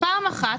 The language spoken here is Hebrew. פעם אחת